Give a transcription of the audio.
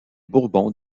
bourbon